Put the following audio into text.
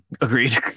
Agreed